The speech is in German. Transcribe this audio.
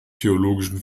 theologischen